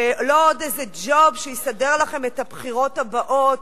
ולא עוד איזה ג'וב שיסדר לכם את הבחירות הבאות.